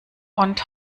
und